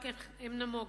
רק הם נמוגו.